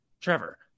Trevor